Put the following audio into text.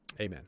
Amen